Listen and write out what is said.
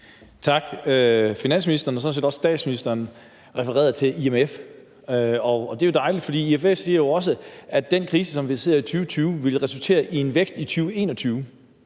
Tak. Finansministeren og sådan set også statsministeren refererede til IMF, og det er jo dejligt, for IMF siger også, at den krise, som vi sidder i i 2020, vil resultere i en vækst i 2021,